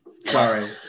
sorry